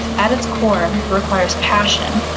at its core, requires passion,